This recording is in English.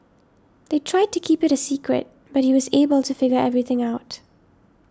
they tried to keep it a secret but he was able to figure everything out